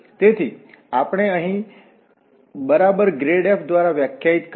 તેથી આપણે અહીં બરાબર ગ્રેડ f વ્યાખ્યાયિત કરીશું